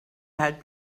had